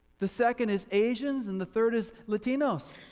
the second is asians and the third is latinos.